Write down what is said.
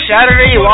Saturday